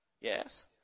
Yes